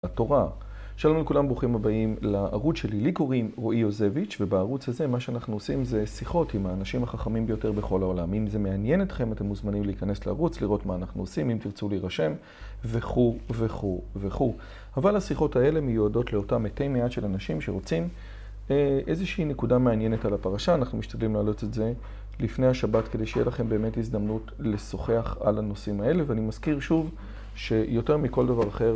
התורה. שלום לכולם, ברוכים הבאים לערוץ שלי. לי קוראים רועי יוזביץ', ובערוץ הזה מה שאנחנו עושים זה שיחות עם האנשים החכמים ביותר בכל העולם. אם זה מעניין אתכם, אתם מוזמנים להיכנס לערוץ, לראות מה אנחנו עושים, אם תרצו להירשם, וכו, וכו, וכו. אבל השיחות האלה מיועדות לאותם מתי מעט של אנשים שרוצים אה... איזושהי נקודה מעניינת על הפרשה. אנחנו משתדלים להעלות את זה לפני השבת כדי שיהיה לכם באמת הזדמנות לשוחח על הנושאים האלה. ואני מזכיר שוב שיותר מכל דבר אחר...